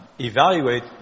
evaluate